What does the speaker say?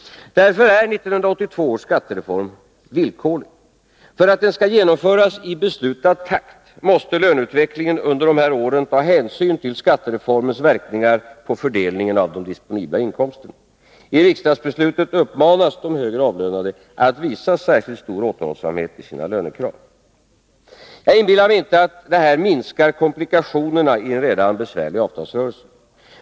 Därför är 1982 års skattereform villkorlig. För att den skall genomföras i beslutad takt måste löneutvecklingen under dessa år ta hänsyn till skattereformens verkningar på fördelningen av de disponibla inkomsterna. I riksdagsbeslutet uppmanas de högre avlönade att visa särskilt stor återhållsamhet i sina lönekrav. Jag inbillar mig inte att detta minskar komplikationerna i en redan besvärlig avtalsrörelse.